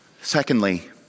Secondly